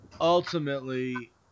ultimately